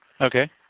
Okay